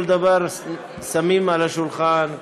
כל דבר שמים על השולחן,